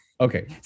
okay